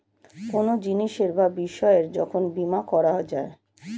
কোনো জিনিসের বা বিষয়ের যখন বীমা করা যায়